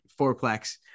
fourplex